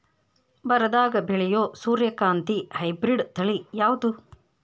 ಬರದಾಗ ಬೆಳೆಯೋ ಸೂರ್ಯಕಾಂತಿ ಹೈಬ್ರಿಡ್ ತಳಿ ಯಾವುದು?